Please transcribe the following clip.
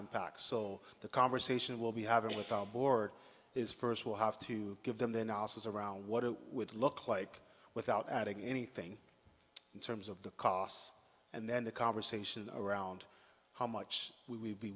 impact so the conversation will be having with our board is first will have to give them the nozzles around what it would look like without adding anything in terms of the costs and then the conversation around how much we would be